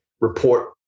report